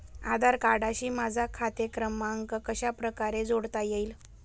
आधार कार्डशी माझा खाते क्रमांक कशाप्रकारे जोडता येईल?